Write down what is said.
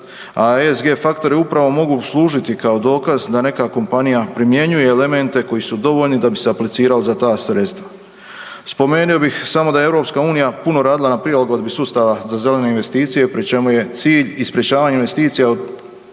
a ESG faktori upravo mogu služiti kao dokaz da neka kompanija primjenjuje elemente koji su dovoljni da bi se aplicirali za ta sredstva. Spomenuo bih samo da je EU puno radila na prilagodbi sustava za zelenu investicije pri čemu je cilj i sprječavanje investicija od